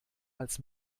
als